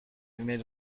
ایمیلم